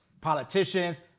Politicians